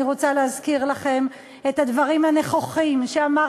אני רוצה להזכיר לכם את הדברים הנכוחים שאמר